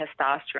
testosterone